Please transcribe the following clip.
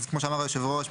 אז כמו שאמר היושב ראש,